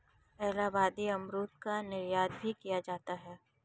इलाहाबादी अमरूद का निर्यात भी किया जाता है